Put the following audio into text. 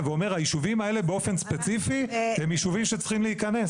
ואומר היישובים האלה באופן ספציפי הם יישובים שצריכים להיכנס.